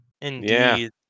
Indeed